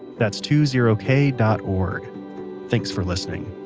that's two zero kay dot org thanks for listening